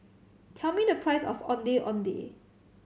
tell me the price of Ondeh Ondeh